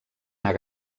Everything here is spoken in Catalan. anar